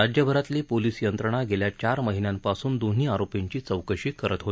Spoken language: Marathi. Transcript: राज्यभरातली पोलीस यंत्रणा गेल्या चार महिन्यांपासून दोन्ही आरोपींची चौकशी करत आहेत